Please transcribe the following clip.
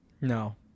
No